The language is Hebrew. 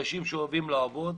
ואנשים שאוהבים לעבוד.